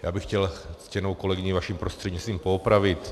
Já bych chtěl ctěnou kolegyni vaším prostřednictvím poopravit.